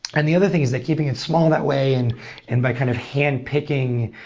and the other thing is that keeping it small that way and and by kind of handpicking